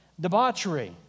debauchery